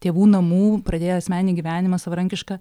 tėvų namų pradėję asmeninį gyvenimą savarankišką